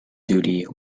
duty